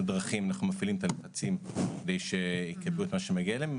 דרכים כדי שהם יקבלו את מה שמגיע להם.